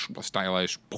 stylized